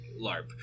LARP